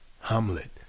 hamlet